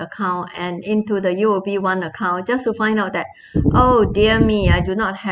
account and into the U_O_B one account just to find out that oh dear me I do not have